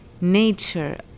nature